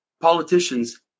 politicians